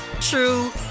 true